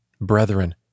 Brethren